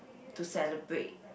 to celebrate